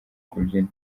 kubyina